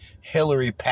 Hillary